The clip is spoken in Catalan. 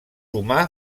humà